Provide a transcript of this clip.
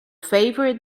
favorite